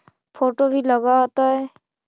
Photo भी लग तै?